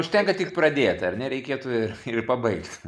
užtenka tik pradėti ar ne reikėtų ir ir pabaigti